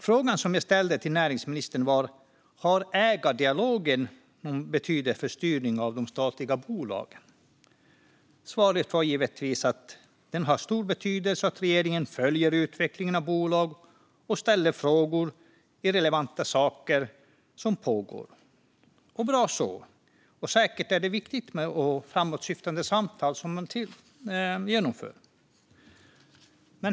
Jag ställde frågan till näringsministern om ägardialogen har någon betydelse för styrningen av de statliga bolagen. Svaret var att den givetvis har stor betydelse och att regeringen följer utvecklingen i bolagen och ställer frågor i relevanta saker som pågår. Bra så! Det är säkert viktiga och framåtsyftande samtal man genomför.